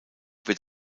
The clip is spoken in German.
wird